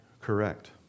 correct